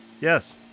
Yes